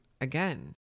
again